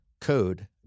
code